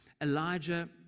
Elijah